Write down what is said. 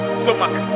stomach